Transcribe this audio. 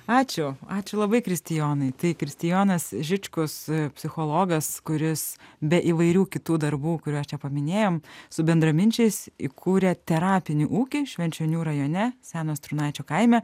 ačiū ačiū labai kristijonai tai kristijonas žičkus psichologas kuris be įvairių kitų darbų kuriuos čia paminėjom su bendraminčiais įkūrė terapinį ūkį švenčionių rajone seno strūnaičio kaime